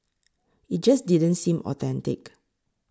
it just didn't seem authentic